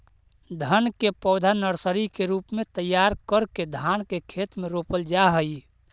धान के पौधा नर्सरी के रूप में तैयार करके धान के खेत में रोपल जा हइ